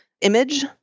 image